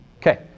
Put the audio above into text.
Okay